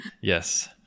Yes